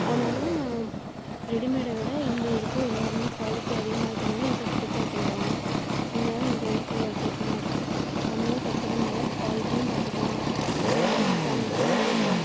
அதனால் தான் ரெடிமேடை விட இந்த இதுக்கு எல்லோருமே குவாலிட்டி அதிகமாக இருக்கனால் இத ப்ரிஃப்பர் பண்றாங்க இதனால் தான் இந்த ரெண்டுக்கும் உள்ள வித்தியாசமாக இருக்குது நம்மளே தைக்கிறதுனால் குவாலிட்டியும் பார்த்துக்கலாம் அதே மாதிரி குவான்டிட்டியும் இருக்கும்